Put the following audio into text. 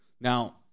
now